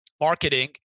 marketing